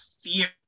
fear